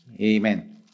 Amen